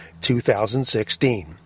2016